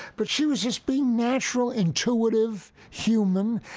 but she was just being natural, intuitive, human,